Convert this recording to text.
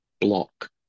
block